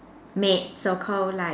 maid so called like